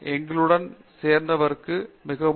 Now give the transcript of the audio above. எங்களுடன் சேர்வதற்கு மிகவும் நன்றி